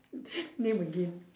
name again